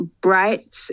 Bright